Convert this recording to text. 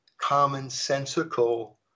commonsensical